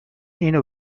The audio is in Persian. اینو